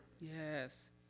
yes